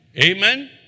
Amen